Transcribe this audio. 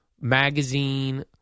magazine